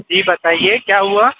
जी बताइए क्या हुआ